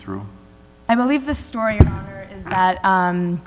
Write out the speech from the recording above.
through i believe the story is that